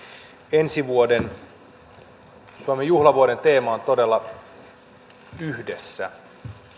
ensi vuoden suomen juhlavuoden teema on todella yhdessä